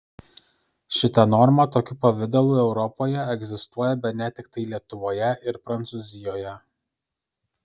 šita norma tokiu pavidalu europoje egzistuoja bene tiktai lietuvoje ir prancūzijoje